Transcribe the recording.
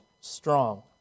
strong